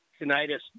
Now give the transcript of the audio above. tinnitus